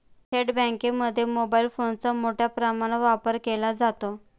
थेट बँकांमध्ये मोबाईल फोनचा मोठ्या प्रमाणावर वापर केला जातो